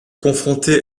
confronté